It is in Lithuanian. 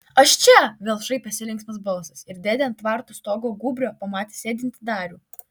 aš čia vėl šaipėsi linksmas balsas ir dėdė ant tvarto stogo gūbrio pamatė sėdintį darių